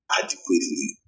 adequately